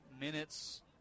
minutes